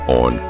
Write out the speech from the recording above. on